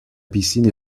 piscine